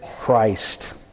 Christ